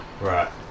Right